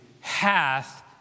hath